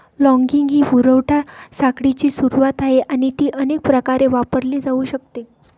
logging ही पुरवठा साखळीची सुरुवात आहे आणि ती अनेक प्रकारे वापरली जाऊ शकते